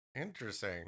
Interesting